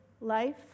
life